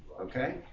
Okay